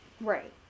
Right